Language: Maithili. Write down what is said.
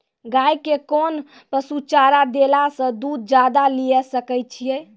गाय के कोंन पसुचारा देला से दूध ज्यादा लिये सकय छियै?